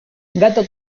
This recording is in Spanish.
gato